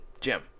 Jim